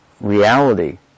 reality